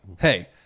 Hey